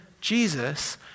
Jesus